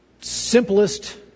simplest